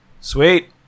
Sweet